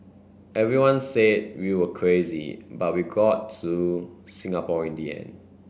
everyone said we were crazy but we got to Singapore in the end